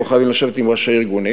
לא חייבים לשבת עם ראשי ארגונים,